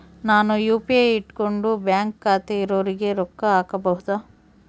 ನಾನು ಯು.ಪಿ.ಐ ಇಟ್ಕೊಂಡು ಬ್ಯಾಂಕ್ ಖಾತೆ ಇರೊರಿಗೆ ರೊಕ್ಕ ಹಾಕಬಹುದಾ?